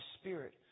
spirit